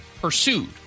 pursued